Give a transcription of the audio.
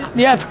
yeah, it's,